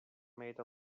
made